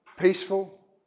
peaceful